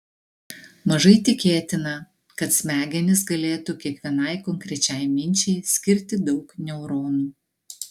mažai tikėtina kad smegenys galėtų kiekvienai konkrečiai minčiai skirti daug neuronų